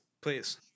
Please